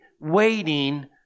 waiting